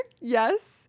yes